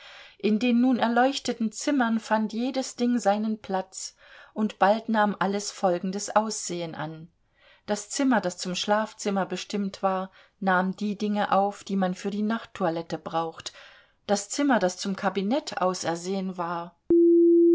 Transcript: in den nun erleuchteten zimmern fand jedes ding seinen platz und bald nahm alles folgendes aussehen an das zimmer das zum schlafzimmer bestimmt war nahm die dinge auf die man für die nachttoilette braucht das zimmer das zum kabinett ausersehen war